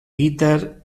peter